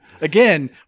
Again